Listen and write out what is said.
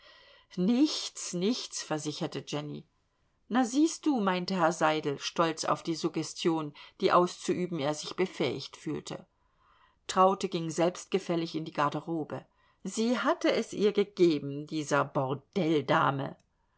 nichts nichts versicherte jenny na siehst du meinte herr seidel stolz auf die suggestion die auszuüben er sich befähigt fühlte traute ging selbstgefällig in die garderobe sie hatte es ihr gegeben dieser